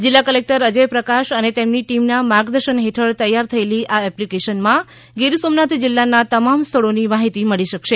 જીલ્લા કલેકટર અજય પ્રકાશ અને તેમની ટીમના માર્ગદર્શન હેઠળ તૈયાર થયેલી આ એપ્લિકેશનમાં ગીર સોમનાથ જીલ્લાના તમામ સ્થળોની માહિતી મળી શકશે